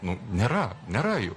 nu nėra nėra jų